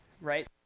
right